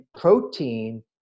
protein